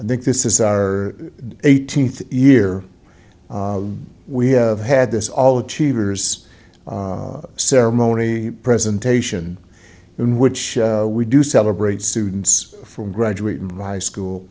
that this is our eighteenth year we have had this all achievers ceremony presentation in which we do celebrate students from graduating from high school